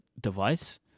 device